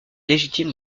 légitime